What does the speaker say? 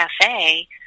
cafe